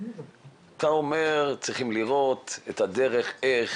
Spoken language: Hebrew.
אתה אומר שצריכים לראות את הדרך איך,